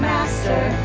Master